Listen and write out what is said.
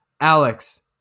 Alex